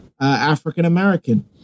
African-American